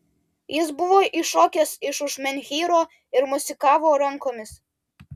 jis buvo iššokęs iš už menhyro ir mosikavo rankomis